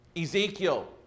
Ezekiel